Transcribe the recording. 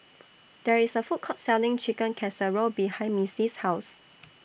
There IS A Food Court Selling Chicken Casserole behind Missie's House